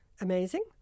amazing